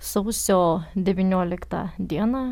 sausio devynioliktą dieną